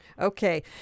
Okay